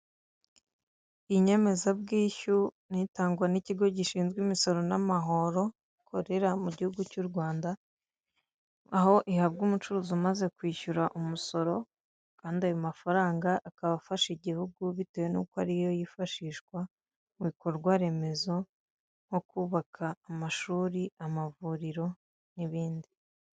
Inyemezabwishu itangwa n'ikigo gishinzwe imisoro n'amahoro gikorera mu gihugu cy'u Rwanda, aho ihabwa umucuruzi umaze kwishyura umisoro, kandi ayo mafaranga akaba afasha igihugu bitewe n'uko ariyo yifashishwa mu bikorwa remezo, nko kubaka amashuri, amavuriro n'ibindi.